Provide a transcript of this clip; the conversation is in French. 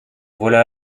voilà